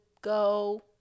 go